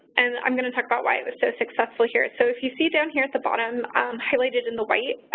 and i'm going to talk about why it was so successful here. so, if you see down here at the bottom highlighted in the white,